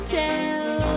tell